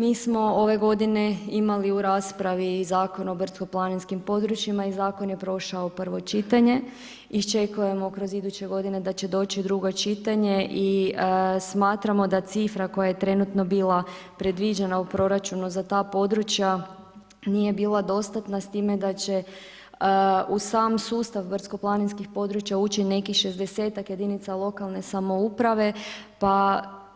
Mi smo ove godine imali u raspravi i Zakon o brdsko-planinskim područjima i Zakon je prošao prvo čitanje iščekujemo kroz iduće godine da će doći drugo čitanje i smatramo da cifra koja je trenutno bila predviđena u proračunu za ta područja nije bila dostatna s time da će u sam sustav brdsko-planinskih područja ući nekih 60-tak jedinica lokalne samouprave,